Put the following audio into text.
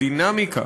הדינמיקה